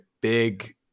big